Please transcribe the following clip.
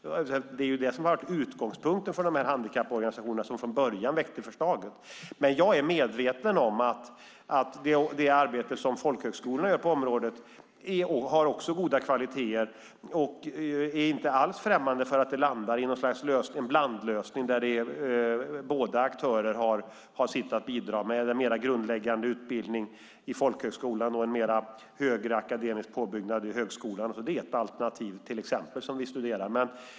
Det är ju det som har varit utgångspunkten för de handikapporganisationer som från början väckte förslaget. Jag är medveten om att det arbete som folkhögskolorna gör på området har goda kvaliteter. Jag är inte alls främmande för att det landar i en blandlösning där båda aktörer har sitt att bidra med, eller en mer grundläggande utbildning i folkhögskolan och en högre akademisk påbyggnad i högskolan. Det är ett alternativ som vi studerar.